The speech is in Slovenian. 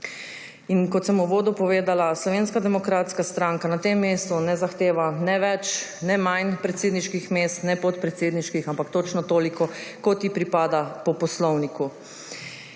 Kot sem v uvodu povedala, Slovenska demokratska stranka na tem mestu ne zahteva ne več ne manj predsedniških mest ne podpredsedniških, ampak točno toliko, kot ji jih pripada po poslovniku.